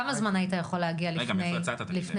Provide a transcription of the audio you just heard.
כמה זמן היית יכול להגיע לפני כולם?